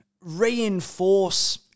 reinforce